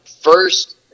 first